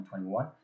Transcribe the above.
2021